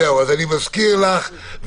אני חושבת שחלק מהתשובה לשאלתך,